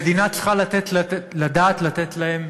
המדינה צריכה לדעת לתת להם